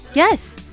yes.